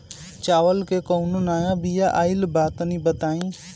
चावल के कउनो नया बिया आइल बा तनि बताइ?